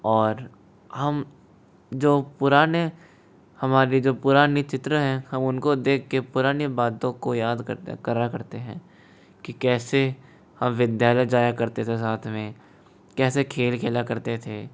और हम जो पुराने हमारी जो पुरानी चित्र हैं हम उनको देखके पुरानी बातों को याद करते करा करते हैं कि कैसे हम विद्यालय जाया करते थे साथ में कैसे खेल खेला करते थे